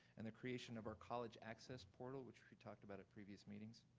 and the creation of our college access portal, which we talked about at previous meetings.